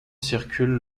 circulent